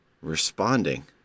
responding